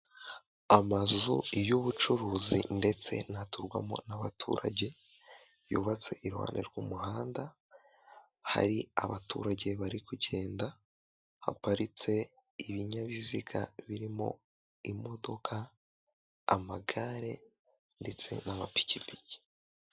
Amazu y'ubucuruzi ndetse n'aturwamo n'abaturage yubatse iruhande rw'umuhanda, hari abaturage bari kugenda haparitse ibinyabiziga birimo imodoka amagare ndetse n'amapikipiki.